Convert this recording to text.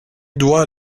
doit